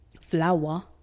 Flour